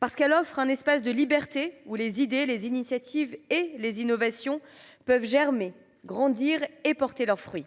parce qu’elle offre un espace de liberté où les idées, les initiatives et les innovations peuvent germer, grandir et porter leurs fruits ;